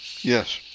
Yes